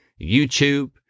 YouTube